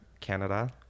Canada